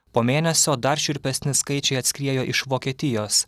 po mėnesio dar šiurpesni skaičiai atskriejo iš vokietijos